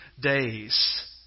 days